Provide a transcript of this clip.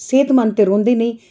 ते सेह्तमंद ते रौंह्दे निं